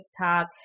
TikTok